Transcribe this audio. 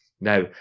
Now